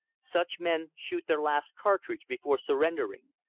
such men shoot their last cartridge before surrendering,